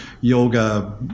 yoga